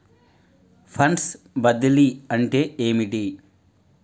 Funds బదిలీ అంటే ఏమిటి?